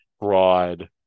broad